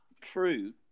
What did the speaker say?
true